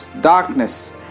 darkness